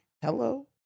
Hello